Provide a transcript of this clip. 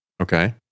Okay